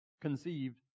conceived